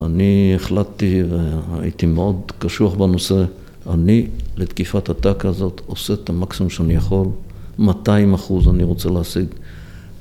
אני החלטתי והייתי מאוד קשוח בנושא, אני לתקיפת הטקה הזאת עושה את המקסימום שאני יכול, 200 אחוז אני רוצה להשיג